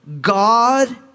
God